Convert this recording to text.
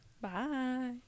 Bye